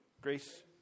Grace